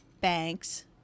banks